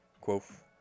Quoth